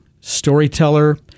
storyteller